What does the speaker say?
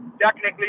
technically